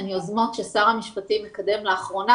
הוא יוזמות ששר המשפטים מקדם לאחרונה,